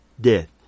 death